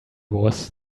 was